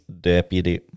Deputy